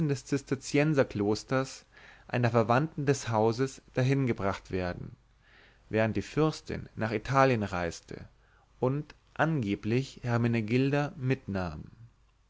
des zisterzienserklosters einer verwandten des hauses dahingebracht werden während die fürstin nach italien reiste und angeblich hermenegilda mitnahm